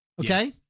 Okay